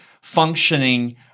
functioning